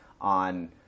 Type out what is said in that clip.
on